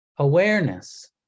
Awareness